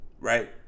Right